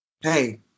Hey